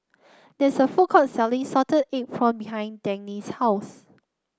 there's a food court selling Salted Egg Prawns behind Dagny's house